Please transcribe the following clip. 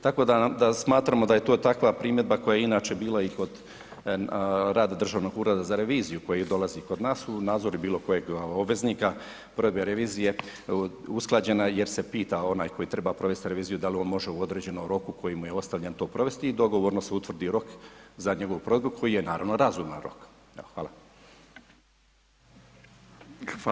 Tako da smatramo da je to takva primjedba koja je inače bila i kod rada Državnog reda za reviziju koji dolazi kod nas u nadzor i bilokojeg obveznika ... revizije usklađena jer se pita onaj koji treba provesti reviziju da li on može u određenom roku koji mu je ostavljen to provesti i dogovorno se utvrdi rok za njegovu provedbu koji je naravno razuman rok, evo hvala.